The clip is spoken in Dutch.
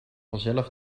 vanzelf